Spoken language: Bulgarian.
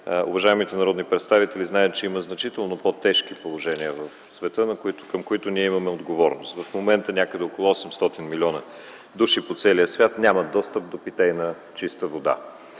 уважаемите народни представители знаят, че има значително по-тежки положения в света, към които имаме отговорност. В момента някъде около 800 млн. души по целия свят нямат достъп до чиста питейна вода,